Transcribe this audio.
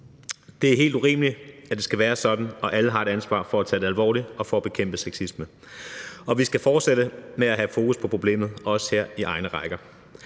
Det er helt urimeligt, at det skal være sådan, og alle har et ansvar for at tage det alvorligt og for at bekæmpe sexisme, og vi skal fortsætte med at have fokus på problemet, også her i egne rækker.